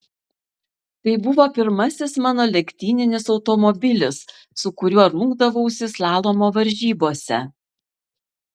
tai buvo pirmasis mano lenktyninis automobilis su kuriuo rungdavausi slalomo varžybose